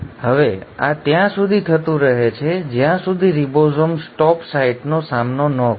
હવે આ ત્યાં સુધી થતું રહે છે જ્યાં સુધી રિબોઝોમ સ્ટોપ સાઇટનો સામનો ન કરે